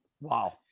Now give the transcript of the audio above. wow